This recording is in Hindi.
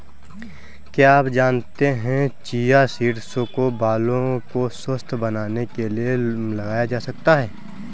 क्या आप जानते है चिया सीड्स को बालों को स्वस्थ्य बनाने के लिए लगाया जा सकता है?